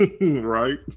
Right